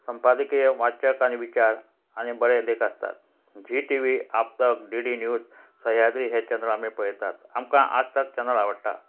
संपादकीय वाचक आनी विचार आनी बरें लेख आसतात Zee TV Aaj Tak D D news Sahyadri हे चॅनल आमी पळयतात आमकां आज ताक चॅनल आवडटा